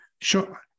sure